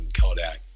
Kodak